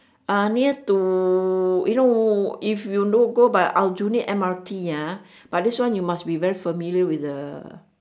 ah near to you know if know you go by aljunied M_R_T ah but this one you must be very familiar with the